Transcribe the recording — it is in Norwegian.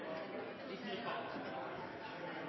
Vi ser